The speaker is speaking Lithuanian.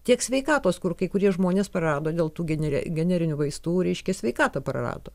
tiek sveikatos kur kai kurie žmonės prarado dėl tų genere generinių vaistų reiškia sveikatą prarado